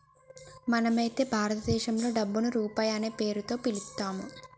మనం అయితే భారతదేశంలో డబ్బుని రూపాయి అనే పేరుతో పిలుత్తాము